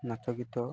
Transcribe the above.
ନାଚ ଗୀତ